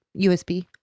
USB